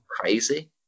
crazy